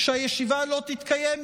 שהישיבה לא תתקיים,